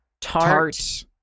tart